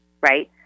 right